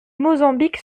mozambique